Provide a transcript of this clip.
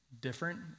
different